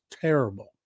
terrible